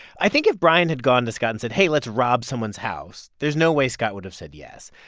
i think if bryan had gone to scott and said, hey, let's rob someone's house, there's no way scott would've said yes.